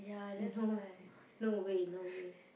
no no way no way